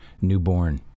newborn